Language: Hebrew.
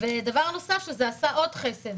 זה עשה עוד חסד.